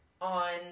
on